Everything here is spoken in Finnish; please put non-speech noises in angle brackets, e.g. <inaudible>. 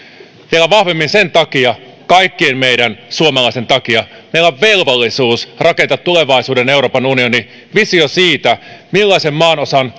vielä vahvemmin sen takia kaikkien meidän suomalaisten takia meillä on velvollisuus rakentaa tulevaisuuden euroopan unioni visio siitä millaisen maanosan <unintelligible>